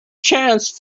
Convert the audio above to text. chance